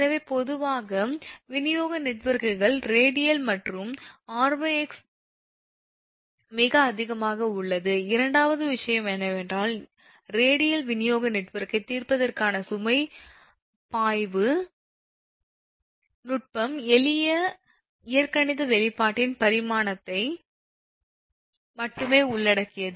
எனவே பொதுவாக விநியோக நெட்வொர்க்குகள் ரேடியல் மற்றும் 𝑟𝑥 மிக அதிகமாக உள்ளது இரண்டாவது விஷயம் என்னவென்றால் ரேடியல் விநியோக நெட்வொர்க்கைத் தீர்ப்பதற்கான சுமை பாய்வு நுட்பம் எளிய இயற்கணித வெளிப்பாட்டின் பரிணாமத்தை மட்டுமே உள்ளடக்கியது